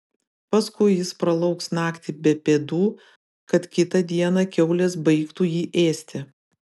paskui jis pralauks naktį be pėdų kad kitą dieną kiaulės baigtų jį ėsti